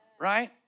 right